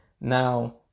Now